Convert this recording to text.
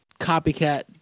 copycat